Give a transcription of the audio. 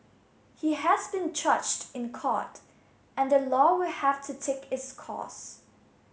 he has been charged in court and the law will have to take its course